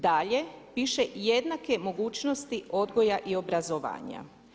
Dalje, piše jednake mogućnosti odgoja i obrazovanja.